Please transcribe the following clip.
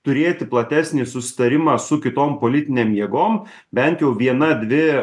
turėti platesnį susitarimą su kitom politinėm jėgom bent jau viena dvi